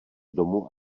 domu